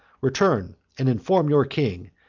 return, and inform your king,